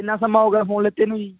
ਕਿੰਨਾ ਸਮਾਂ ਹੋ ਗਿਆ ਫੋਨ ਲਏ ਨੂੰ ਜੀ